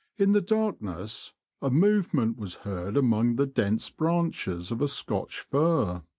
in the darkness a movement was heard among the dense branches of a scotch fir,